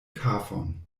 kafon